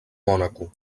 mònaco